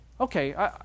Okay